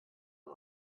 man